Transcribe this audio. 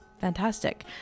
fantastic